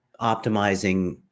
optimizing